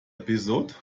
episode